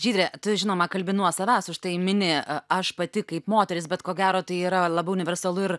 žydre tu žinoma kalbi nuo savęs užtai mini aš pati kaip moteris bet ko gero tai yra labai universalu ir